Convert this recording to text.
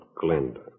Glinda